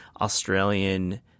Australian